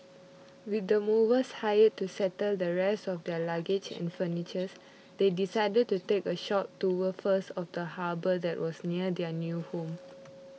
with the movers hired to settle the rest of their luggage and furniture's they decided to take a short tour first of the harbour that was near their new home